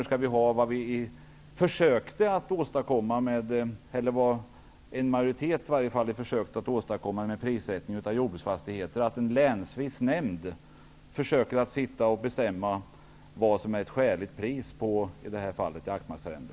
Skall vi ha det förfarande som en majoritet försökte åstadkomma i fråga om prissättning på jordbruksfastigheter, att länsvisa nämnder skall bestämma vad som är skäligt pris på i det här fallet jaktmarksarrenden?